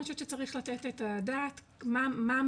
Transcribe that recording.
אני חושבת שצריך לתת את הדעת מה המערך